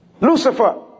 Lucifer